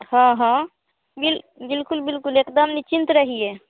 हाँ हाँ बिल बिल्कुल बिल्कुल एक दम निश्चिंत रहिए